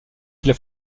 qu’il